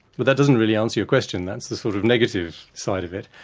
but that doesn't really answer your question. that's the sort of negative side of it.